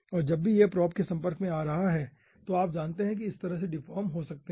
और जब भी यह प्रोब के संपर्क में आ रहा है तो आप जानते हैं इस तरह से डिफ़ॉर्म हो सकते हैं